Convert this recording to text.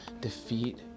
defeat